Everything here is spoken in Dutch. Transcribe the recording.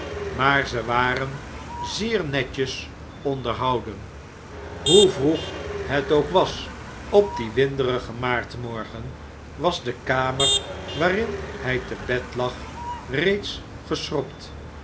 maar ze waren zeer netjes onderhouden hoe vroeg het ook was op dien winderigen maartmorgen was de kamer waarin hij te bed lag reeds geschrobd